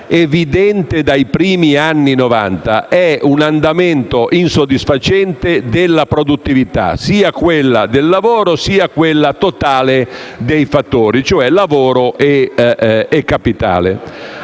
evidente dai primi anni Novanta, è un andamento insoddisfacente della produttività: sia quella del lavoro sia quella totale dei fattori, cioè lavoro e capitale.